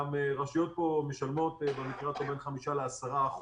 גם רשויות משלמות במקרה הטוב בין 5% 10%,